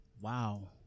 Wow